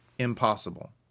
impossible